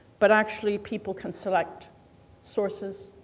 but actually people can select sources.